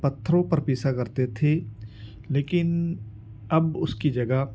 پتھروں پر پیسا کرتے تھی لیکن اب اس کی جگہ